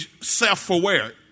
self-aware